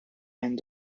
and